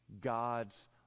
God's